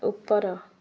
ଉପର